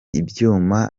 ibyuma